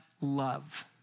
love